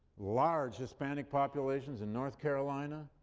large hispanic populations in north carolina,